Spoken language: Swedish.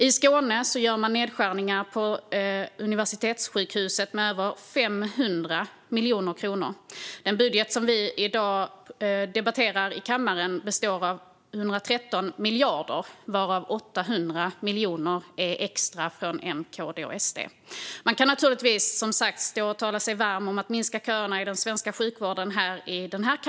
I Skåne gör man nedskärningar på universitetssjukhuset med över 500 miljoner kronor. Den budget som vi i dag debatterar i kammaren är på 113 miljarder, varav 800 miljoner är extra från M, KD och SD. Man kan, som sagt, naturligtvis stå i denna kammare och tala sig varm för att minska köerna i den svenska sjukvården.